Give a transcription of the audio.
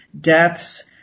deaths